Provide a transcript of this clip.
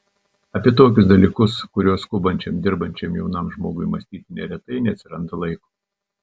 apie tokius dalykus kuriuos skubančiam dirbančiam jaunam žmogui mąstyti neretai neatsiranda laiko